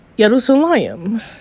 Jerusalem